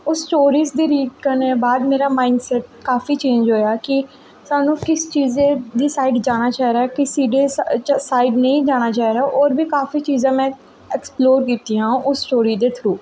ओह् stories read करने दे बाद मेरा माईंड सैट काफी चेंज़ होएआ कि सानूं किस चीज़ दी साईड जाना चाहिदा किस चीज़ दी साईड नेईं जाना चाहिदा होर बी काफी चीज़ां में ऐक्सपलोर कीतियां उस स्टोरी दे थ्रू